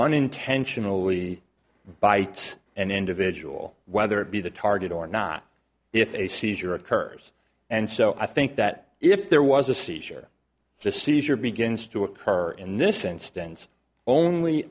unintentionally bites an individual whether it be the target or not if a seizure occurs and so i think that if there was a seizure the seizure begins to occur in this instance only